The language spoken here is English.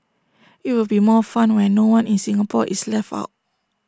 IT will be more fun when no one in Singapore is left out